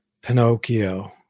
Pinocchio